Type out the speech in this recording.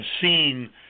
seen